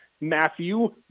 Matthew